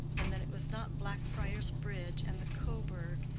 and that it was not blackfriars bridge and the coburg,